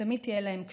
שתמיד תהיה להם כתובת.